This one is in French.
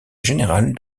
générale